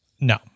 No